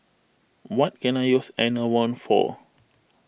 what can I use Enervon for